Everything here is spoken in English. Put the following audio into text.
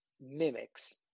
mimics